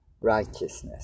righteousness